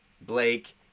Blake